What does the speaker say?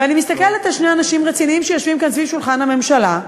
ואני מסתכלת על שני אנשים רציניים שיושבים כאן סביב שולחן הממשלה,